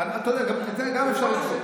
אתה יודע, את זה גם אפשר לבדוק.